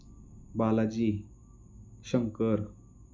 Balaji Shankar